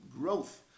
growth